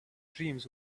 dreams